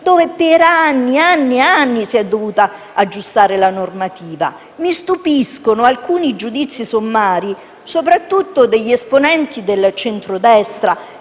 dove, per anni e anni, la normativa si è dovuta aggiustare. Mi stupiscono alcuni giudizi sommari, soprattutto degli esponenti del centro-destra